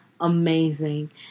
amazing